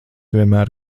vienmēr